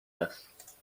است